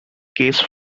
case